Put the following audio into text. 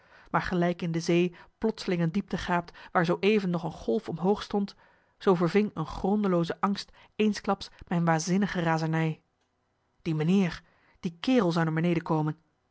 maar gelijk in de zee plotseling een diepte gaapt waar zooeven nog een golf omhoog stond zoo verving een grondelooze angst eensklaps mijn waanzinnige razernij die meneer die kerel zou naar beneden komen